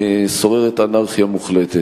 שוררת אנרכיה מוחלטת.